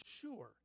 sure